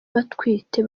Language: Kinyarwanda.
batwite